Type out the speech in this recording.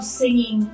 singing